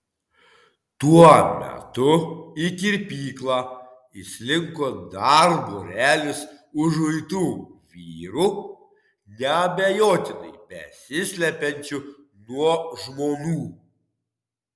tuo metu į kirpyklą įslinko dar būrelis užuitų vyrų neabejotinai besislepiančių nuo žmonų